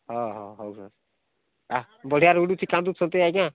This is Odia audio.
ହଁ ହଁ ହେଉ ସାର୍ ଆଃ ବଢ଼ିଆରେ ଉଡ଼ୁଛି କାନ୍ଦୁଛନ୍ତି ଆଜ୍ଞା